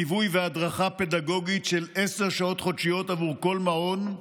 ליווי והדרכה פדגוגית של עשר שעות חודשיות בעבור כל מעון,